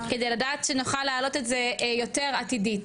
כדי לדעת שנוכל להעלות את זה יותר עתידית.